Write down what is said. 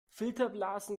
filterblasen